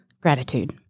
gratitude